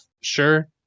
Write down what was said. sure